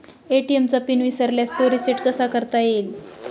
ATM चा PIN विसरल्यास तो रिसेट कसा करता येईल?